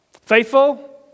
Faithful